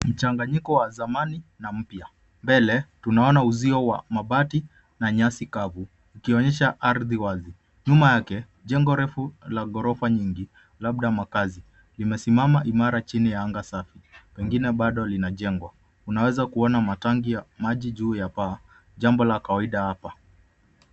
Mchanganyiko wa zamani na mpya .Mbele tunaona uzio wa mabati na nyasi kavu, ukionyesha ardhi wazi. Nyuma yake jengo refu la ghorofa nyingi labda makazi limesimama imara chini ya anga safi. Pengine bado linajengwa .Unaweza kuona matangi juu ya paa, jambo la kawaida hapa.